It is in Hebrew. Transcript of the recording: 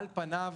על פניו,